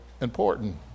important